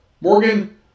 Morgan